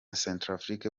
centrafrique